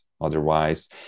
Otherwise